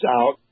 out